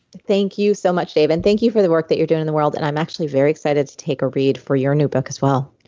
thank you so much, dave and thank you for the work that you're doing in the world and i'm actually very excited to take a read for your new book as well.